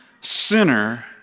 sinner